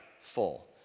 full